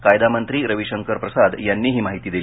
कायदामंत्री रविशंकर प्रसाद यांनी ही माहिती दिली